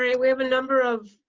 ah we have a number of